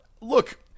look